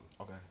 Okay